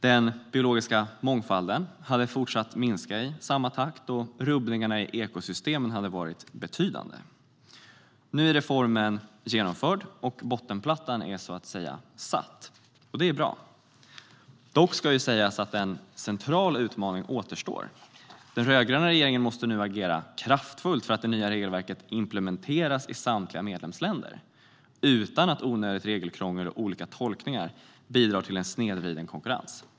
Den biologiska mångfalden hade fortsatt minska i samma takt, och rubbningarna i ekosystemen hade varit betydande. Nu är reformen genomförd. Bottenplattan är så att säga lagd. Det är bra. Dock ska sägas att en central utmaning återstår: Den rödgröna regeringen måste nu agera kraftfullt för att det nya regelverket ska implementeras i samtliga medlemsländer utan att onödigt regelkrångel och olika tolkningar bidrar till en snedvriden konkurrens.